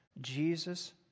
Jesus